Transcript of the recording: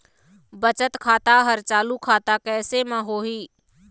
बचत खाता हर चालू खाता कैसे म होही?